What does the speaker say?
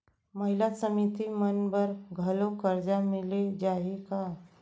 महिला समिति मन बर घलो करजा मिले जाही का?